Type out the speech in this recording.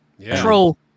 Troll